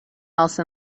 else